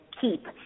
keep